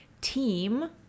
team